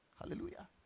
hallelujah